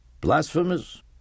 Blasphemous